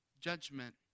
judgment